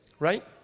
right